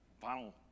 final